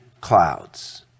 clouds